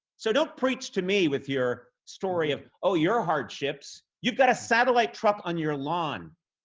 so don't preach to me with your story of oh, your hardships. you've got a satellite truck on your lawn.